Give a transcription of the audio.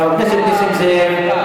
חבר הכנסת נסים זאב.